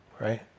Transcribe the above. right